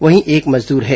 वहीं एक मजदूर है